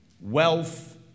wealth